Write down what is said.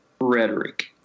Rhetoric